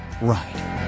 right